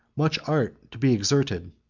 much art to be exerted,